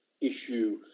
issue